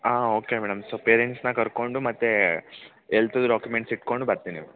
ಹಾಂ okay madam so ಪೇರೆಂಟ್ಸನ್ನ ಕರ್ದ್ಕೊಂಡು ಮತ್ತೆ ಹೆಲ್ತ್ ಡಾಕ್ಯುಮೆಂಟ್ಸ್ ಹಿಡಕೊಂಡು ಬರ್ತೀನಿ ಮ್ಯಾಮ್